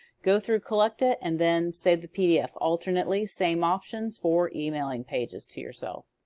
go through, collect it, and then save the pdf. alternately, same options for emailing pages to yourself.